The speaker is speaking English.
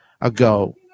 ago